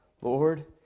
Lord